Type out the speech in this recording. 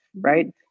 right